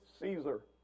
Caesar